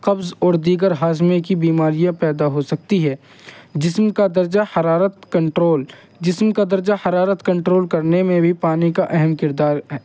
قبض اور دیگر ہاضمے کی بیماریاں پیدا ہو سکتی ہیں جسم کا درجہ حرارت کنٹرول جسم کا درجہ حرات کنٹرول کرنے میں بھی پانی کا اہم کردار ہے